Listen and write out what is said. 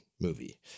movie